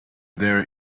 their